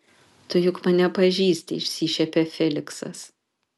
tu juk mane pažįsti išsišiepia feliksas